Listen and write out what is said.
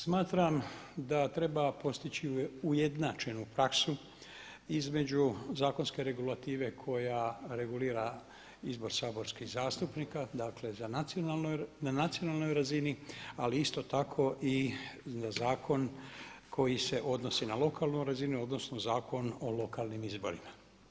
Smatram da treba postići ujednačenu praksu između zakonske regulative koja regulira izbor saborskih zastupnika, dakle na nacionalnoj razini ali isto tako i na zakon koji se odnosi na lokalnu razinu odnosno Zakon o lokalnim izborima.